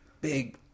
big